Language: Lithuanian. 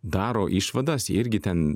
daro išvadas irgi ten